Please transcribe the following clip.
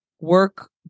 work